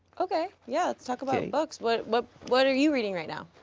okay, yeah, let's talk about books but but what are you reading right now?